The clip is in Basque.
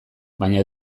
baina